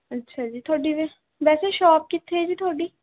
ਅੱਛਾ ਜੀ ਤੁਹਾਡੀ ਵਿ ਵੈਸੇ ਸ਼ੌਪ ਕਿੱਥੇ ਹੈ ਜੀ ਤੁਹਾਡੀ